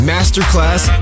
Masterclass